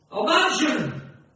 Imagine